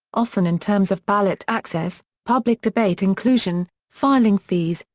often in terms of ballot access, public debate inclusion, filing fees,